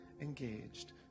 engaged